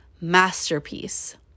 masterpiece